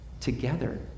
together